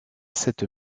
cette